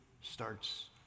starts